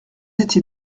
étiez